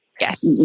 Yes